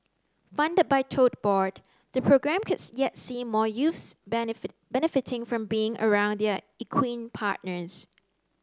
funded by Tote Board the programme could yet see more youths benefit benefiting from being around their equine partners